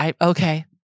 Okay